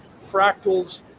fractals